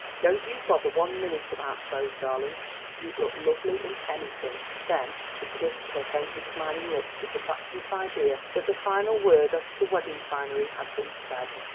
don't you bother one minute about clothes, darling you'd look lovely in anything. then he kissed her faintly smiling lips with the fatuous idea that the final word as to wedding finery had been said.